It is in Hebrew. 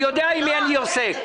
אני יודע עם מי אני עוסק.